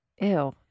Ew